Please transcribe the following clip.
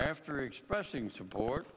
after expressing support